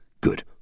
Good